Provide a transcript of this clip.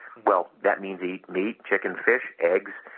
well, that means eat meat, chicken, fish, eggs,